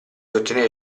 ottenere